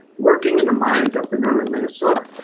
working in the mines up in northern minnesota.